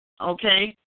okay